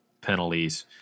penalties